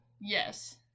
Yes